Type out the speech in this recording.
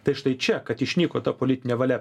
tai štai čia kad išnyko ta politinė valia